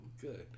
Good